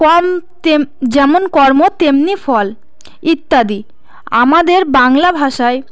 কম যেমন কর্ম তেমনি ফল ইত্যাদি আমাদের বাংলা ভাষায়